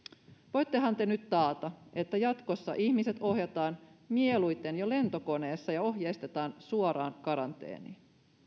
voittehan te nyt taata että jatkossa ihmiset ohjataan mieluiten jo lentokoneessa ja ohjeistetaan suoraan karanteeniin